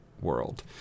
world